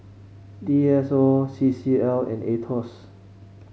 D S O C C L and Aetos